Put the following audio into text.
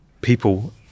people